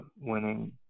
winning